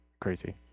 crazy